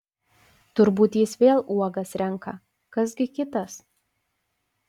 turbūt jis vėl uogas renka kas gi kitas